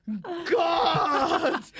God